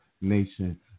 Nation